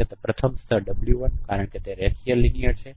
તેથી પ્રથમ સ્તરો w 1 કારણ કે આ રેખીય છે